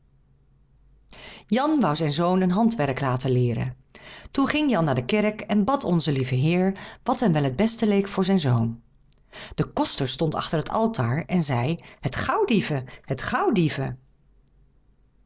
jan wou zijn zoon een handwerk laten leeren toen ging jan naar de kerk en bad onzen lieve heer wat hem wel het beste leek voor zijn zoon de koster stond achter het altaar en zei het gauwdieven het